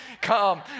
come